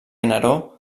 neró